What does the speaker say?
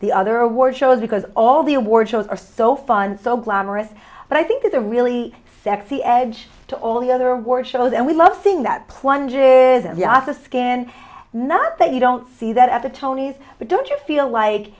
the other award shows because all the award shows are so fun so glamorous and i think it's a really sexy edge to all the other war shows and we love seeing that plunges in the office can not that you don't see that at the tonys but don't you feel like